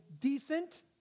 decent